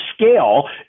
scale